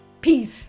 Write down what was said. Peace